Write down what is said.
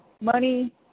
money